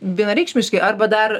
vienareikšmiškai arba dar